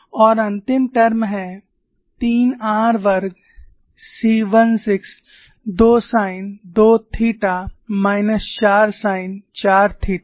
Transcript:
और अंतिम टर्म है 3 r वर्ग c16 2 sine 2 theta minus 4 sine 4 theta